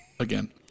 Again